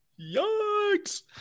yikes